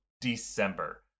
december